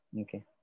Okay